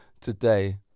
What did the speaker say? today